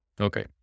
Okay